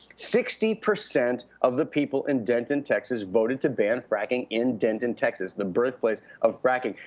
sixty percent of the people in denton, texas voted to ban fracking in denton, texas, the birthplace of fracking.